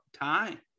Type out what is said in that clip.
time